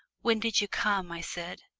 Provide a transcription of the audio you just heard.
when did you come? i said.